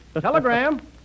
Telegram